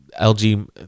LG